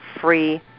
free